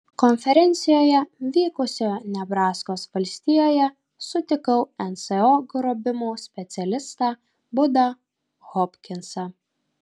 konferencijoje vykusioje nebraskos valstijoje sutikau nso grobimų specialistą budą hopkinsą